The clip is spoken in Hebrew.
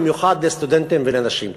במיוחד לסטודנטים ולנשים.